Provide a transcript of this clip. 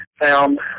found